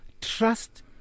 trust